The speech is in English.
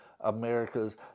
America's